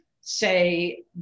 say